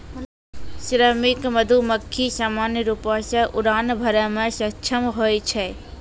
श्रमिक मधुमक्खी सामान्य रूपो सें उड़ान भरै म सक्षम होय छै